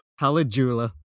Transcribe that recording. Halajula